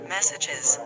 Messages